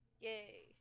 Yay